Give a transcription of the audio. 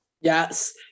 Yes